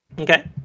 Okay